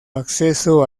acceso